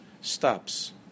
stops